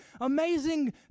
amazing